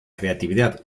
creatividad